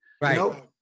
Right